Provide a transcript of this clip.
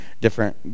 different